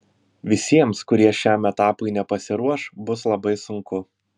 visiems kurie šiam etapui nepasiruoš bus labai sunku